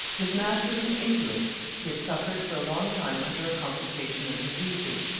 his master was an invalid he had suffered for a long time under a complication of diseases,